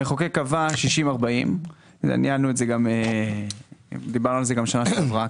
המחוקק קבע 60-40. דיברנו על זה גם שנה שעברה.